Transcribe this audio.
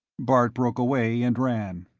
bart broke away and ran.